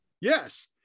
yes